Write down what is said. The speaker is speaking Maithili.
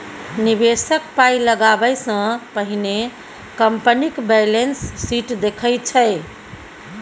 निबेशक पाइ लगाबै सँ पहिने कंपनीक बैलेंस शीट देखै छै